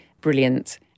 brilliant